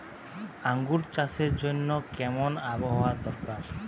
আঙ্গুর চাষের জন্য কেমন আবহাওয়া দরকার?